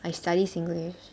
I study singlish